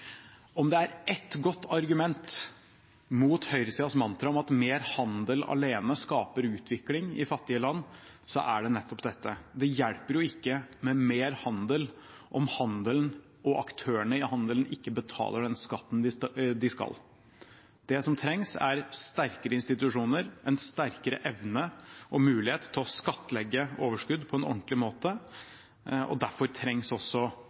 Om det er ett godt argument mot høyresidens mantra om at mer handel alene skaper utvikling i fattige land, er det nettopp dette. Det hjelper ikke med mer handel, om handelen og aktørene i handelen ikke betaler den skatten de skal. Det som trengs, er sterkere institusjoner, en sterkere evne og mulighet til å skattlegge overskudd på en ordentlig måte, og derfor trengs også